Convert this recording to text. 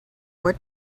what